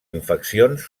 infeccions